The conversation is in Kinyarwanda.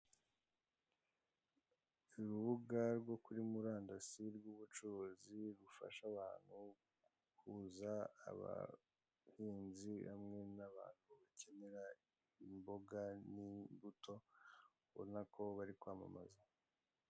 Urubuga rwo kuri murandasi rw'ubucuruzi bufasha abantu guhuza abahinzi hamwe n'abantu bakenera imboga n'imbuto ubona ko bari kwamamaza.